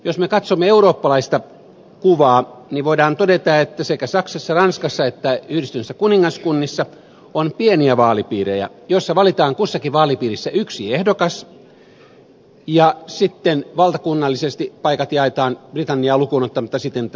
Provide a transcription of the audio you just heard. jos me katsomme eurooppalaista kuvaa niin voidaan todeta että sekä saksassa ranskassa että yhdistyneessä kuningaskunnassa on pieniä vaalipiirejä joissa valitaan kussakin vaalipiirissä yksi ehdokas ja sitten valtakunnallisesti paikat jaetaan britanniaa lukuun ottamatta siten että suhteellisuus toteutuu